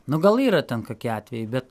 nu gal yra ten kakie atvejai bet